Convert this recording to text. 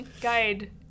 Guide